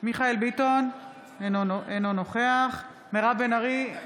מיכאל מרדכי ביטון, אינו נוכח מירב בן ארי,